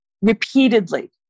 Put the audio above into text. repeatedly